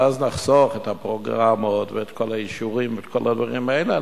ואז נחסוך את הפרוגרמות ואת כל האישורים ואת כל הדברים האלה,